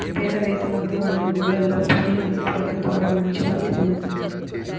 పేద రైతులందరూ అన్ని ఊర్లల్లో ఉపాధి హామీ పథకం ద్వారా మంచి లబ్ధి పొందుతున్నారు